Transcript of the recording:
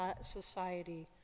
society